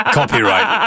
copyright